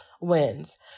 wins